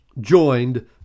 joined